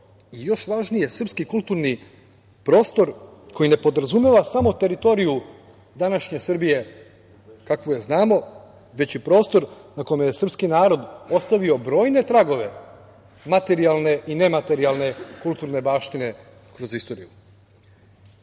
i, još važnije, srpski kulturni prostor koji ne podrazumeva samo teritoriju današnje Srbije kakvu je znamo, već i prostor na kome je srpski narod ostavio brojne tragove materijalne i nematerijalne kulturne baštine kroz istoriju. Ali,